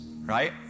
right